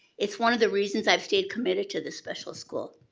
it's one of the reasons i've stayed committed to this special school.